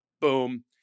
Boom